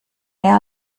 mehr